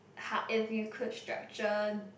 if you could structure